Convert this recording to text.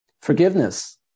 forgiveness